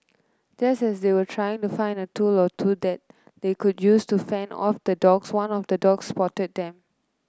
just as they were trying to find a tool or two that they could use to fend off the dogs one of the dogs spotted them